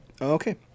Okay